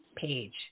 page